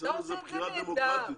אצלנו זאת בחירה דמוקרטית.